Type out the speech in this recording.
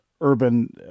urban